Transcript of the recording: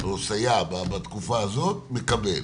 או סייע בתקופה הזאת מקבל.